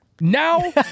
Now